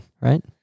right